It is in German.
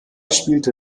spielte